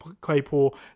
Claypool